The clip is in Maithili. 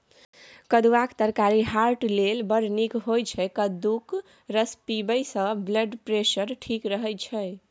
कद्दुआक तरकारी हार्ट लेल बड़ नीक होइ छै कद्दूक रस पीबयसँ ब्लडप्रेशर ठीक रहय छै